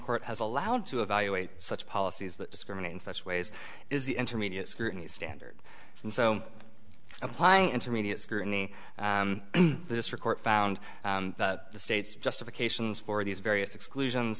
court has allowed to evaluate such policies that discriminate in such ways is the intermediate scrutiny standard and so applying intermediate scrutiny this report found the state's justifications for these various exclusion